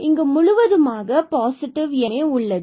இங்கு முழுவதுமாக பாசிட்டிவ் எண் உள்ளது